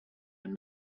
and